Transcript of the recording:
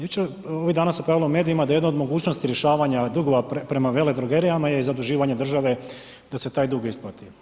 Jučer, ovih dana se pojavilo u medijima da je jedna od mogućnosti rješavanja dugova prema veledrogerijama je i zaduživanje države da se taj dug isplati.